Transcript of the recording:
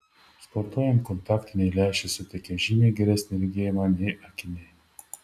sportuojant kontaktiniai lęšiai suteikia žymiai geresnį regėjimą nei akiniai